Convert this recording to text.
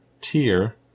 tier